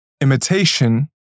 Imitation